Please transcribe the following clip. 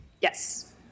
Yes